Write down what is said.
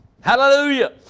Hallelujah